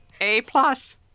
A-plus